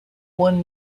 one